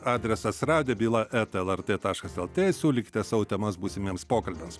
adresas radijo byla eta lrt taškas lt siūlykite savo temas būsimiems pokalbiams